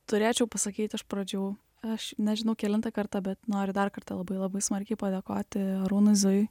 turėčiau pasakyt iš pradžių aš nežinau kelintą kartą bet noriu dar kartą labai labai smarkiai padėkoti arūnui zujui